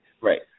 Right